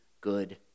good